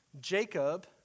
Jacob